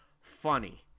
funny